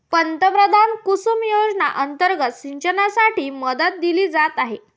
पंतप्रधान कुसुम योजना अंतर्गत सिंचनासाठी मदत दिली जात आहे